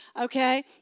okay